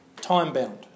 time-bound